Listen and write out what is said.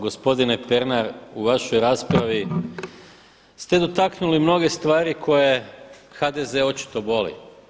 Gospodine Pernar u vašoj raspravi ste dotaknuli mnoge stvari koje HDZ očito boli.